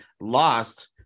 lost